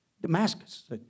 Damascus